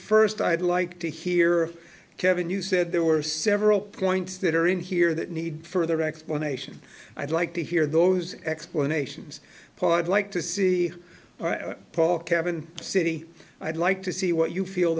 first i'd like to hear kevin you said there were several points that are in here that need further explanation i'd like to hear those explanations pawed like to see paul cabin city i'd like to see what you feel